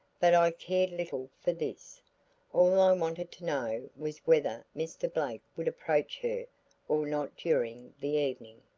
but i cared little for this all i wanted to know was whether mr. blake would approach her or not during the evening.